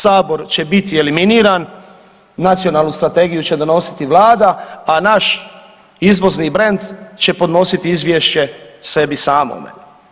Sabor će biti eliminiran, Nacionalnu strategiju će donositi Vlada, a naš izvozni brend će podnositi izvješće sebi samome.